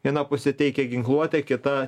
viena pusė teikia ginkluotę kita